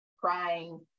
crying